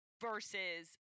Versus